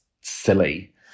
silly